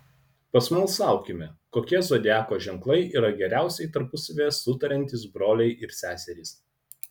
pasmalsaukime kokie zodiako ženklai yra geriausiai tarpusavyje sutariantys broliai ir seserys